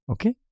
Okay